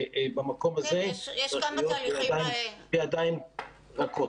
ובמקום הזה צריך להיות בידיים רכות.